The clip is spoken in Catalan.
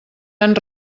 han